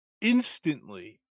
instantly